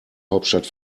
hauptstadt